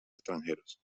extranjeros